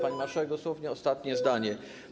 Pani marszałek, dosłownie ostatnie zdanie.